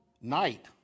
night